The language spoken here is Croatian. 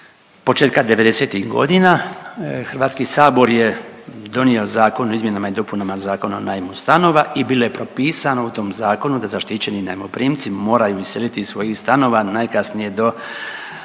devedesetih godina Hrvatski sabor je donio Zakon o izmjenama i dopunama Zakona o najmu stanova i bilo je propisano u tom zakonu da zaštićeni najmoprimci moraju iseliti iz svojih stanova najkasnije do 1.